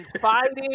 fighting